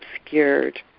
obscured